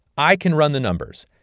i can run the numbers.